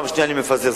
פעם שנייה אני מפזר.